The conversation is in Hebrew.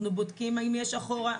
אנחנו בודקים אם יש אחורה,